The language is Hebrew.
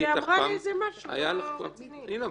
היא אמרה משהו --- הנה,